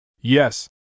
Yes